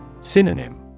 Synonym